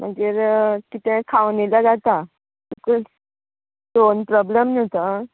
मागीर कितेंय खावन येयल्यार जाता स्ट स्टोन प्रोब्लम नी तो